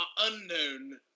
unknown